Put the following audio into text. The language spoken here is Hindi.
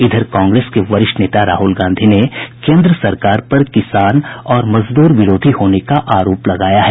इधर कांग्रेस के वरिष्ठ नेता राहुल गांधी ने केन्द्र सरकार पर किसान और मजदूर विरोधी होने का आरोप लगाया है